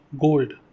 gold